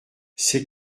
c’est